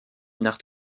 nach